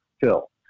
Phil